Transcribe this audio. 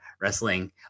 wrestling